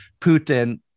Putin